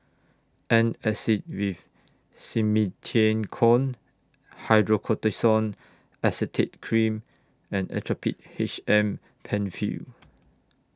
Antacid with Simethicone Hydrocortisone Acetate Cream and Actrapid H M PenFill